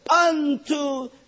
unto